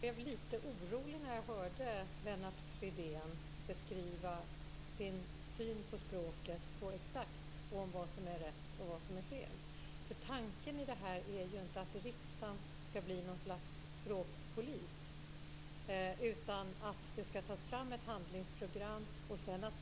Fru talman! Jag blev lite orolig när jag hörde Lennart Fridén beskriva sin syn på språket. Han talade exakt om vad som är rätt och vad som är fel. Tanken med detta är ju inte att riksdagen ska bli något slags språkpolis, utan det ska tas fram ett handlingsprogram.